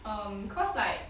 um cause like